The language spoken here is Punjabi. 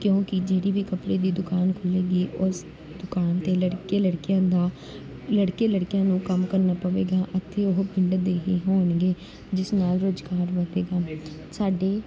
ਕਿਉਂਕਿ ਜਿਹੜੀ ਵੀ ਕੱਪੜੇ ਦੀ ਦੁਕਾਨ ਖੁੱਲ੍ਹੇਗੀ ਉਸ ਦੁਕਾਨ 'ਤੇ ਲੜਕੇ ਲੜਕਿਆਂ ਦਾ ਲੜਕੇ ਲੜਕੀਆਂ ਨੂੰ ਕੰਮ ਕਰਨਾ ਪਵੇਗਾ ਅਤੇ ਉਹ ਪਿੰਡ ਦੇ ਹੀ ਹੋਣਗੇ ਜਿਸ ਨਾਲ ਰੁਜ਼ਗਾਰ ਵਧੇਗਾ ਸਾਡੇ